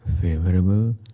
Favorable